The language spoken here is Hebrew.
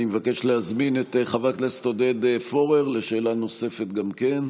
אני מבקש להזמין את חבר הכנסת עודד פורר לשאלה נוספת גם כן,